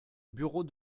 bureau